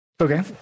Okay